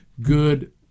good